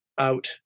out